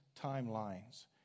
timelines